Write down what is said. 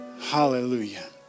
Hallelujah